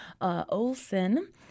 Olson